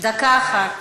דקה אחת,